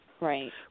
right